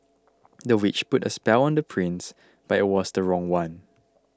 the witch put a spell on the prince but it was the wrong one